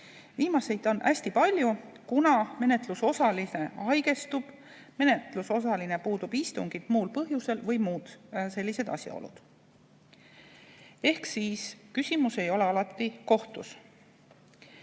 Viimaseid on olnud hästi palju, kuna menetlusosaline haigestub, menetlusosaline puudub istungilt muul põhjusel või muud sellised asjaolud. Seega küsimus ei ole alati kohtus.